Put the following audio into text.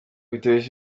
pistorius